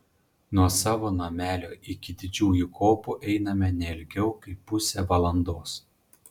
nuo savo namelio iki didžiųjų kopų einame ne ilgiau kaip pusę valandos